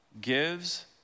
gives